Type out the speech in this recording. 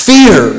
Fear